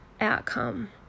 outcome